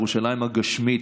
ירושלים הגשמית,